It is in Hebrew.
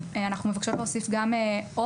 ואנחנו מבקשות להוסיף גם בהמשך הסעיף את המשפט "או